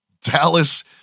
Dallas